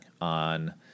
on